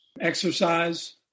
exercise